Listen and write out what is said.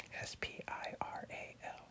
S-P-I-R-A-L